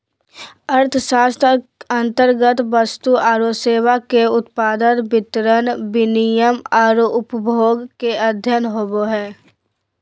अर्थशास्त्र अन्तर्गत वस्तु औरो सेवा के उत्पादन, वितरण, विनिमय औरो उपभोग के अध्ययन होवो हइ